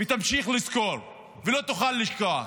ותמשיך לזכור, ולא תוכל לשכוח.